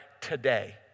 today